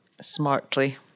smartly